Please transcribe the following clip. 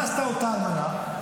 מה עשתה אותה אלמנה?